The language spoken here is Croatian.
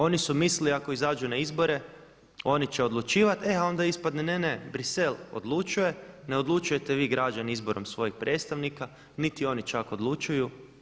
Oni su mislili ako izađu na izbore oni će odlučivati, e a onda ispadne ne, ne Bruxelles odlučuje, ne odlučujete vi građani izborom svojih predstavnika niti oni čak odlučuju.